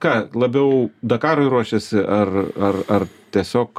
ką labiau dakarui ruošiasi ar ar ar tiesiog